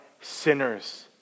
Sinners